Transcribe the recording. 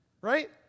right